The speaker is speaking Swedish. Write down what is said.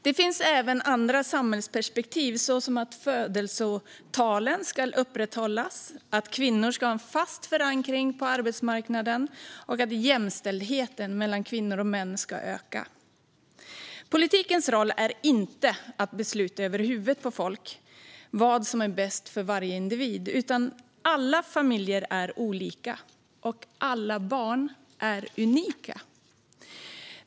Det finns även andra samhällsperspektiv, såsom att födelsetalen ska upprätthållas, att kvinnor ska ha en fast förankring på arbetsmarknaden och att jämställdheten mellan kvinnor och män ska öka. Politikens roll är inte att besluta över huvudet på folk vad som är bäst för varje individ. Alla familjer är olika, och alla barn är unika.